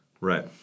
Right